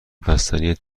بستنی